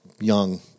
young